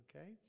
okay